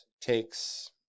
takes